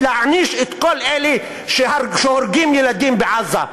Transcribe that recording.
להעניש את כל אלה שהורגים ילדים בעזה.